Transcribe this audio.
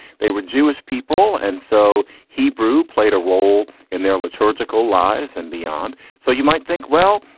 they were jewish people. and so hebrew played a role in their liturgical lives and beyond. so you might think, well,